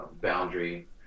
boundary